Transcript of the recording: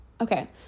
okay